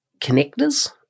connectors